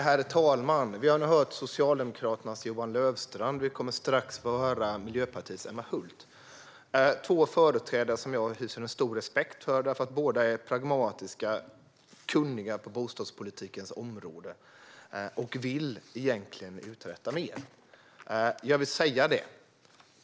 Herr talman! Vi har nu hört Socialdemokraternas Johan Löfstrand och kommer strax att få höra Miljöpartiets Emma Hult - två företrädare som jag hyser stor respekt för, därför att båda är pragmatiska och kunniga på bostadspolitikens område och egentligen vill uträtta mer. Jag vill säga det.